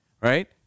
Right